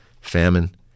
famine